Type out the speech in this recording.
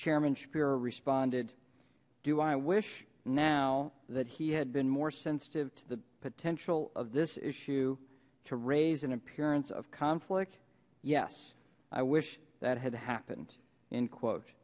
chairman schapiro responded do i wish now that he had been more sensitive to the potential of this issue to raise an appearance of conflict yes i wish that had happened in quote